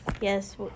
yes